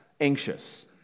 anxious